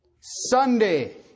Sunday